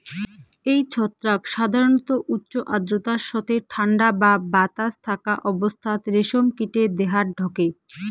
এই ছত্রাক সাধারণত উচ্চ আর্দ্রতার সথে ঠান্ডা বা বাতাস থাকা অবস্থাত রেশম কীটে দেহাত ঢকে